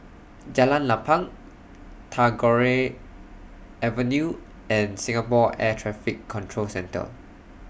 Jalan Lapang Tagore Avenue and Singapore Air Traffic Control Centre